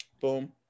Boom